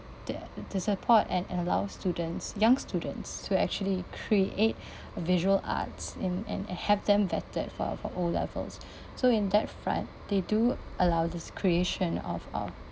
to to support and allow students young students to actually create visual arts and and have them vetted for for O levels so in that front they do allow this creation of of